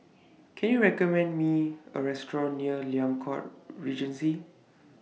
Can YOU recommend Me A Restaurant near Liang Court Regency